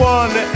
one